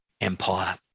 Empire